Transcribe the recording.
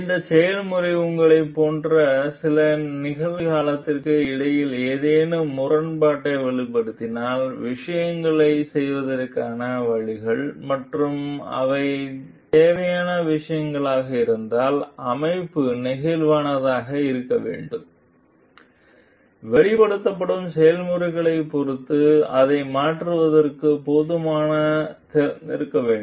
இந்த செயல்முறை உங்களைப் போன்ற ஒரு நிகழ்காலத்திற்கு இடையில் ஏதேனும் முரண்பாட்டை வெளிப்படுத்தினால் விஷயங்களைச் செய்வதற்கான வழிகள் மற்றும் அவை தேவையான விஷயங்களாக இருந்தால் அமைப்பு நெகிழ்வானதாக இருக்க வேண்டும் வெளிப்படுத்தப்படும் செயல்முறைகளைப் பொறுத்து அதை மாற்றுவதற்கு போதுமான திறந்திருக்க வேண்டும்